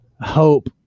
hope